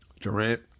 Durant